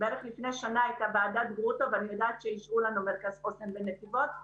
לפני כשנה הייתה ועדת גרוטו ואני יודעת שאישרו לנו מרכז חוסן בנתיבות,